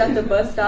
and the bus